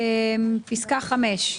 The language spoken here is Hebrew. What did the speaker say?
פסקה (5).